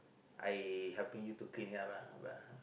I helping you to clean it up lah